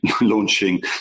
launching